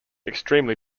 extremely